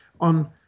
on